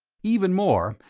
even more,